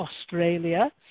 Australia